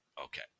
Okay